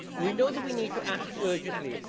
we know that we need to act urgently,